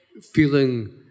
feeling